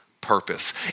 purpose